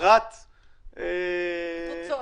אגרת -- תפוצות.